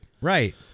Right